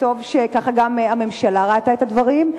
וטוב שכך גם הממשלה ראתה את הדברים.